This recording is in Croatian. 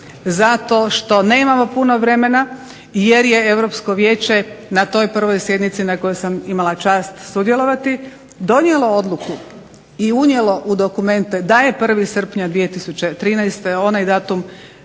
Zato što nemamo puno vremena. Jer je Europsko vijeće na toj prvoj sjednici na kojoj sam imala čast sudjelovati donijelo odluku i unijelo u dokumente da je 1. Srpnja 2013. onaj datum